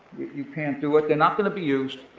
you can't do it. they're not gonna be used.